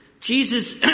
Jesus